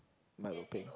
milo peng